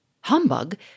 Humbug